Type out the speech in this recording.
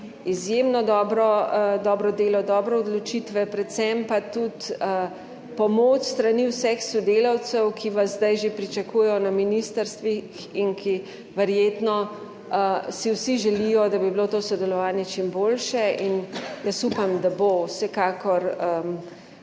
izjemno dobro, dobro delo, dobre odločitve, predvsem pa tudi pomoč s strani vseh sodelavcev, ki vas zdaj že pričakujejo na ministrstvih in ki verjetno si vsi želijo, da bi bilo to sodelovanje čim boljše. In jaz upam, da bo, vsekakor